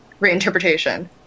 reinterpretation